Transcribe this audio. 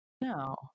No